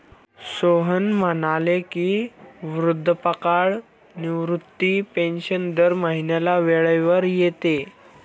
सोहन म्हणाले की, वृद्धापकाळ निवृत्ती पेन्शन दर महिन्याला वेळेवर येते